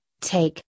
take